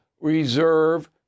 reserve